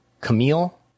Camille